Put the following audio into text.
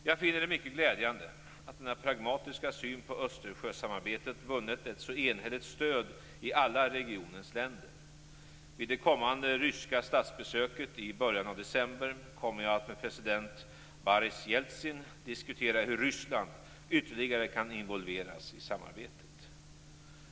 Jag finner det mycket glädjande att denna pragmatiska syn på Östersjösamarbetet vunnit ett så enhälligt stöd i alla regionens länder. Vid det kommande ryska statsbesöket i början av december kommer jag att med president Boris Jeltsin diskutera hur Ryssland ytterligare kan involveras i samarbetet.